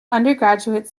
undergraduate